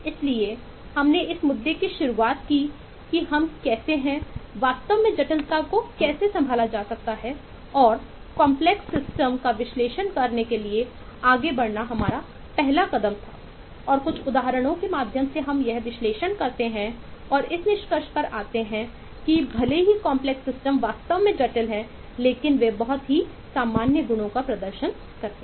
इसलिए हमने इस मुद्दे की शुरुआत की कि हम कैसे हैं वास्तव में जटिलता को कैसे संभाला जा सकता है और कॉम्प्लेक्स सिस्टम वास्तव में जटिल हैं लेकिन वे बहुत सामान्य गुण प्रदर्शित हैं